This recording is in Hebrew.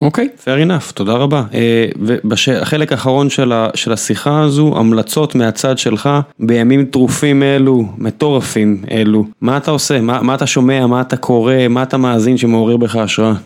אוקיי, fair enough, תודה רבה. ובחלק האחרון של השיחה הזו, המלצות מהצד שלך, בימים טרופים אלו, מטורפים אלו, מה אתה עושה, מה אתה שומע, מה אתה קורא, מה אתה מאזין שמעורר בך השראה?